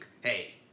hey